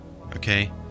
okay